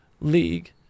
league